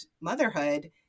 motherhood